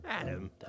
Adam